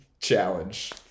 challenge